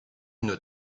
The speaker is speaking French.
une